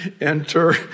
Enter